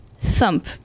Thump